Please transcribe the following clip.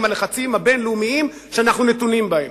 הלחצים הבין-לאומיים שאנחנו נתונים בהם.